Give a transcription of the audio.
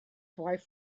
wife